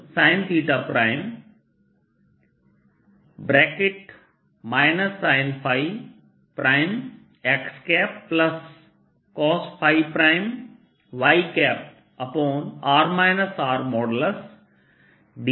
r R